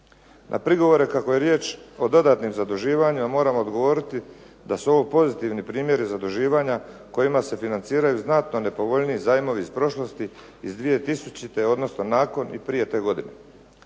Na prigovore kako je riječ o dodatnim zaduživanjima moram odgovoriti da su ovo pozitivni primjeri zaduživanja kojima se financiraju znatno nepovoljniji zajmovi iz prošlosti iz 2000. odnosno nakon i prije te godine.